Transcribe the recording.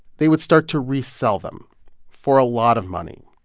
they would start to resell them for a lot of money.